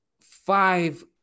five